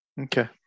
Okay